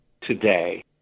today